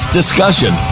discussion